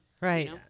Right